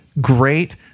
great